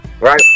Right